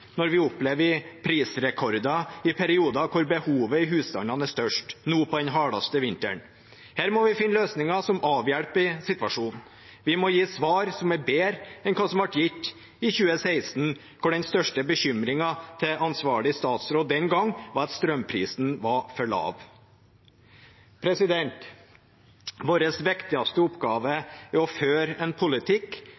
når vi opplever prisrekorder i perioder hvor behovet i husstandene er størst, nå på den hardeste vinteren. Her må vi finne løsninger som avhjelper situasjonen. Vi må gi svar som er bedre enn det som ble gitt i 2016, da den største bekymringen til ansvarlig statsråd den gangen var at strømprisen var for lav. Vår viktigste oppgave